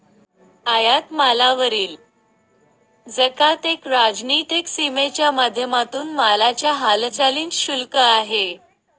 आयात मालावरील जकात एक राजनीतिक सीमेच्या माध्यमातून मालाच्या हालचालींच शुल्क आहे